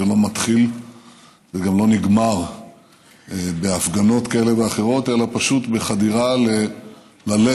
זה לא מתחיל וגם לא נגמר בהפגנות כאלה ואחרות אלא פשוט בחדירה ללב.